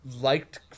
liked